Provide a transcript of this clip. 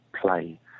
play